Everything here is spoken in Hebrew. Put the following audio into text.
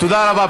תודה רבה.